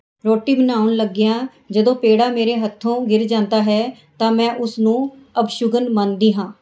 ਰੋਟੀ ਬਣਾਉਣ ਲੱਗਿਆ ਜਦੋਂ ਪੇੜਾ ਮੇਰੇ ਹੱਥੋਂ ਗਿਰ ਜਾਂਦਾ ਹੈ ਤਾਂ ਮੈਂ ਉਸਨੂੰ ਅਪਸ਼ਗੁਨ ਮੰਨਦੀ ਹਾਂ